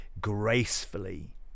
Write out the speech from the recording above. gracefully